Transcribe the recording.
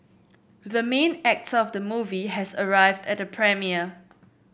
the main actor of the movie has arrived at the premiere